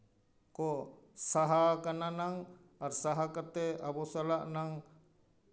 ᱠᱚ ᱥᱟᱦᱟᱣ ᱠᱟᱱᱟ ᱱᱟᱝ ᱟᱨ ᱥᱟᱦᱟ ᱠᱟᱛᱮ ᱟᱵᱚ ᱥᱟᱞᱟᱜ ᱱᱟᱝ